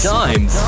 times